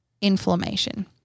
inflammation